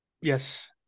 Yes